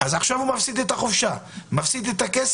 אז עכשיו הוא מפסיד את החופשה, מפסיד את הכסף.